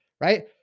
Right